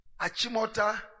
Achimota